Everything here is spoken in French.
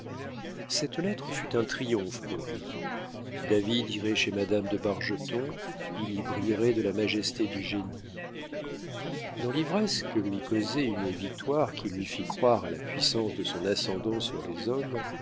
cette lettre fut un triomphe pour lui david irait chez madame de bargeton il y brillerait de la majesté de génie dans l'ivresse que lui causait une victoire qui lui fit croire à la puissance de son ascendant sur les hommes